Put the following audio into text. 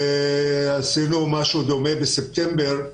זה בסדר.